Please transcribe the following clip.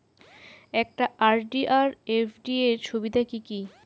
একটা আর.ডি আর এফ.ডি এর সুবিধা কি কি?